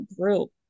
group